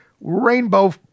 rainbow